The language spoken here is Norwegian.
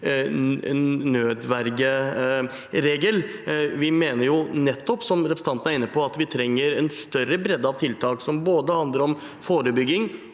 nødvergeregel. Vi mener nettopp, som representanten er inne på, at vi trenger en større bredde av tiltak som handler om forebygging